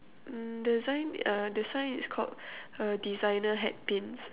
mm the sign uh the sign is called err designer hat pins